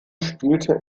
spielte